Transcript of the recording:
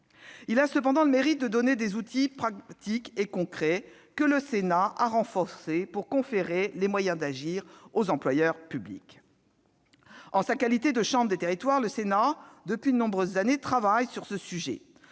Il a cependant le mérite de comporter des outils pratiques et concrets, que le Sénat a renforcés pour conférer les moyens d'agir aux employeurs publics. En sa qualité de chambre des territoires, le Sénat travaille depuis de nombreuses années sur ce sujet.